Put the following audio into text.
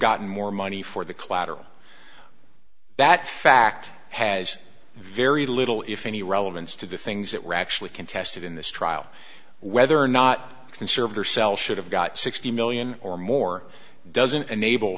gotten more money for the collateral that fact has very little if any relevance to the things that were actually contested in this trial whether or not conservator sell should have got sixty million or more doesn't enable